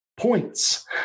points